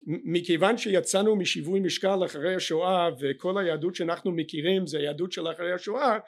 מכיוון שיצאנו משיווי משקל אחרי השואה וכל היהדות שאנחנו מכירים זה היהדות של אחרי השואה